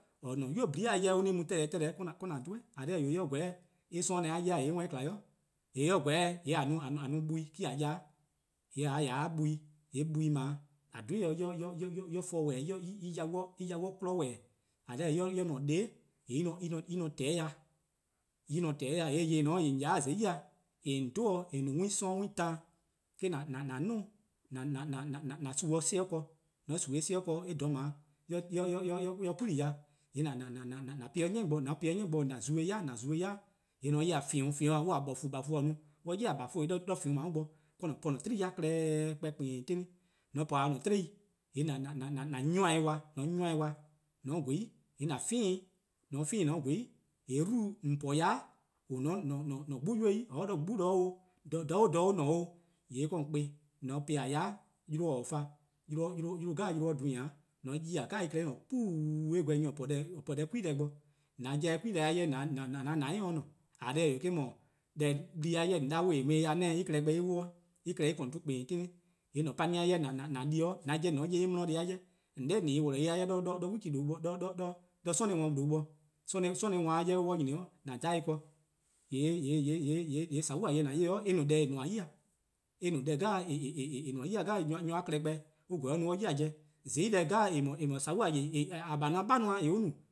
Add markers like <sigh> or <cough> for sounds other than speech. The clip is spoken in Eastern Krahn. :Or no-a' :dha 'nynuu: :nyene'-a' mu-a 'teh 'teh <hesitation> 'de :an 'dhu eh, :eh :korn dhih :eh, :mor eh :gweh eh 'sororn' ne-a 'ye-a :kma 'i, :yee' :mor eh :gweh :yee' <hesitation> :a no buo+ :me-: :a ya 'de, :yaa' :mor :a 'ya 'de buo'+, :yee' buo'+ :dao' :a dhe-ih dih <hesitation> en 'ye :forn :wehbeh: <hesitation> en yau 'ye 'klon :wehbeh:, :mor en :ne :bele' :yee' en :ne :tehehehn: dih, :mor en :ne :tehehehn: dih :yee' :yeh :"on ;ya-a 'de :zai', :en :on dhe-a dih :en no-a 'we 'sororn', 'we taan :me-: <hesitation> :an 'duo:-', <hesitation> :an sun 'o sobu' ken-dih, :mor :on sun-or 'o sobu' ken-dih, eh :dha 'o :mor 'do 'kei-dih dih, 'de <hesitation> :an po-eh 'de 'ni bo, :mor :on po-eh 'de 'ni bo 'de :an'bi-dih-dih, :an 'bi-dih-dih, :yee' :mor :on 'ye :feno, :mor :feon :ta :bafu: :bafu:-a no, :mor on 'yi :bafuh' :yee' 'de :feon: :dao' bo 'de :an po :an-a' 'tiei'-a klehkpeh :kpeen 'tenne, :mor :on po 'de :an 'tiei' :yee' :an 'nyieh-ih dih :an 'nyieh-dih, :yee' :mor :on :gweh 'i, :yee' :an 'fean'-ih 'weh :mor :on 'fean'-ih :on :gweh 'i, :yee' dubu' :on po-a yai' :on :ne-a 'o <hesitation> :an 'gbu ybei' or-: 'de 'gbu 'de 'o, dha 'o :dah :on :ne-a 'o-', :yee' 'de :on 'kpa-ih, :mor :on po-ih 'yai', :mor 'yluh :taa 'fan, :mor <hesitation> 'yluh 'jeh-a dlun :nyan: :yee' :mor :on 'ye-ih deh 'jeh :yee' en 'puu' :mor :ye-eh :on 'da nyor :on po deh <hesitation> 'kwa deh bo, :an 'jeh 'kwi-deh-a 'jeh :an :dou'+ se 'de :ne, :eh :korn dhih :eh, deh+-a 'jeh :on 'da :en mu-a ya-dih 'neh eh 'wluh 'o 'weh, en klehkpeh eh :korn 'ton :kpeen 'tihnih', deh-a 'jeh :an di-dih-a 'di :mor :on 'ye en-' 'di deh+-a 'jeh :yee' :on 'da :on se-ih worlor: 'i 'do <hesitation> 'do 'sorle dlu :due' bo, <hesitation> :mor 'sorle :we-eh nyni 'o :an dhan-dih ken <hesitation> :yee' sobo'-deh: :an 'ye-a eh no deh :eh :nmor-a 'yi-dih, eh no deh <hesitation> :nmor-a 'yi-deh deh 'jeh nyor-a' klehkpeh on :korn :on 'ye-a 'yi-dih pobo:, :eh no sobo'-deh: :yeh :a :bai'-a :bai' no-a +